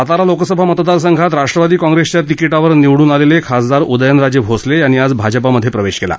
सातारा लोकसभा मतदारसंघात राष्ट्रवादी काँग्रेसच्या तिकीटावर निवडून आलेले खासदार उदयनराजे भोसले यांनी आज भाजपामधे प्रवेश केला